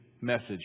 message